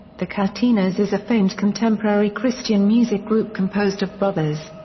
the katinas is a famed contemporary christian music group composed of brothers.